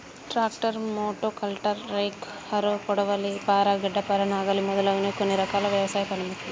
tractor, మోటో కల్టర్, rake, harrow, కొడవలి, పార, గడ్డపార, నాగలి మొదలగునవి కొన్ని రకాల వ్యవసాయ పనిముట్లు